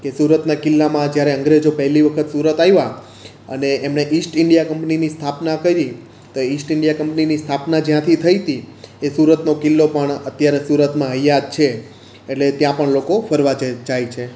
કે સુરતના કિલ્લામાં જ્યારે અંગ્રેજો પહેલી વખત સુરત આવ્યા અને એમણે ઈસ્ટ ઇંડિયા કંપનીની સ્થાપના કરી તો ઈસ્ટ ઇંડિયા કંપનીની સ્થાપના જ્યાંથી થઈ હતી એ સુરતનો કિલ્લો પણ અત્યારે સુરતમાં હયાત છે એટલે ત્યાં પણ લોકો ફરવા જ જાય છે